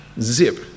Zip